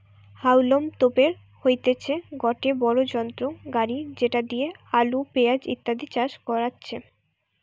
হাউলম তোপের হইতেছে গটে বড়ো যন্ত্র গাড়ি যেটি দিয়া আলু, পেঁয়াজ ইত্যাদি চাষ করাচ্ছে